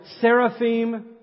seraphim